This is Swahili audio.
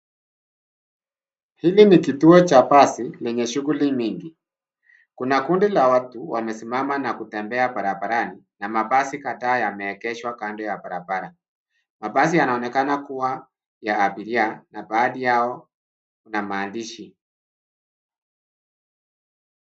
Hili ni kituo cha basi, lenye shughuli nyingi. Kuna kundi la watu, wamesimama na kutembea barabarani, na mabasi kadhaa yameegeshwa kando ya barabara. Mabasi yanaonekana kuwa ya abiria, na baadhi yao, ina maandishi.